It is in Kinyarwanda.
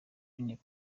w’intebe